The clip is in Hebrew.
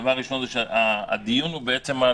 הדבר הראשון הוא שהדיון הוא על